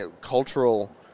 cultural